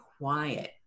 quiet